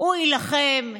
הוא יילחם,